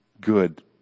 good